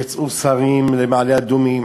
יצאו שרים למעלה-אדומים,